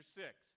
six